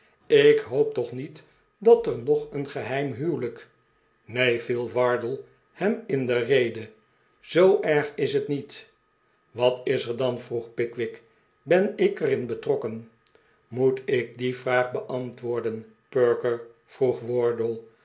ik hoop toch niet dat er nog een geheim huwelijk neen viel wardle hem in de rede zoo erg is het niet wat is er dan vroeg pickwick ben ik er in betrokken moet ik die yraag beantwoorden perker vroeg